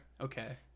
Okay